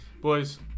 boys